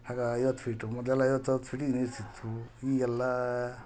ಆಗ ಐವತ್ತು ಫೀಟು ಮೊದಲೆ ಲ್ಲ ಐವತ್ತು ಅರವತ್ತು ಫೀಟಿಗೆ ನೀರು ಸಿಕ್ತು ಈಗ ಎಲ್ಲ